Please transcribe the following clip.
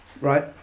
Right